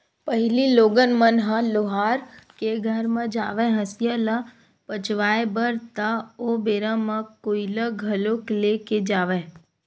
पहिली लोगन मन ह लोहार के घर म जावय हँसिया ल पचवाए बर ता ओ बेरा म कोइला घलोक ले के जावय